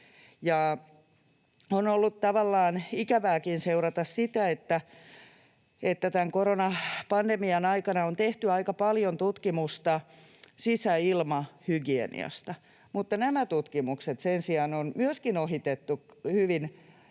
tavallaan ikävääkin seurata sitä, että tämän koronapandemian aikana on tehty aika paljon tutkimusta sisäilmahygieniasta mutta myöskin nämä tutkimukset on ohitettu hyvin